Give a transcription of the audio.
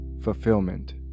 fulfillment